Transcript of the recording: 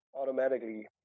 automatically